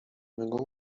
mego